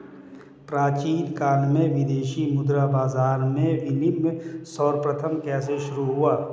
प्राचीन काल में विदेशी मुद्रा बाजार में विनिमय सर्वप्रथम कैसे शुरू हुआ?